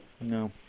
No